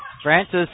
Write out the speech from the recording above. Francis